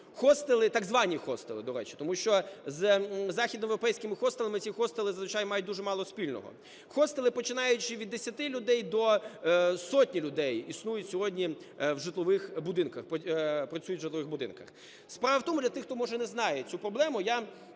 хостели... так звані хостели, до речі, тому що із західноєвропейськими хостелами ці хостели, зазвичай, мають дуже мало спільного. Хостели, починаючи від 10 людей до сотні людей, існують сьогодні в житлових будинках, працюють в житлових будинках. Справа в тому, для тих, хто, може, не знає цю проблему, я